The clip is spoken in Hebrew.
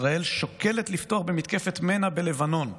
ישראל שוקלת לפתוח במתקפת מנע בלבנון,